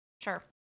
sure